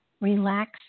Relax